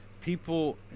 People